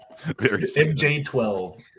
MJ12